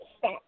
set